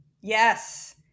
yes